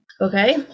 okay